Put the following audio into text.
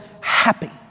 happy